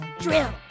Drill